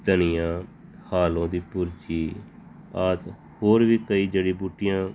ਧਨੀਆ ਹਾਲੋ ਦੀ ਭੁਰਜੀ ਆਦਿ ਹੋਰ ਵੀ ਕਈ ਜੜੀ ਬੂਟੀਆਂ